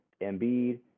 Embiid